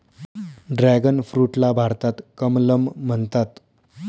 dragon फ्रूटला भारतात कमलम म्हणतात